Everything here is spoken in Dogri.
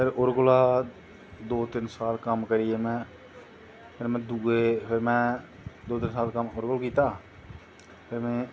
फिर ओह्दे कोला दा दो तिन्न साल कम्म करियै में फिर में दुऐ दो तिन्न साल कम्म कीता फिर में